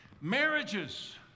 marriages